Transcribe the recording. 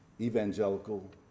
evangelical